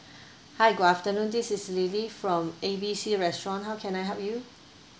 hi good afternoon this is lily from A B C restaurant how can I help you